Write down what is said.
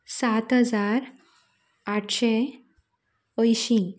सात हजार आठशे अंयशीं